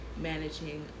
managing